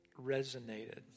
resonated